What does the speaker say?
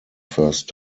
first